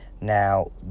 Now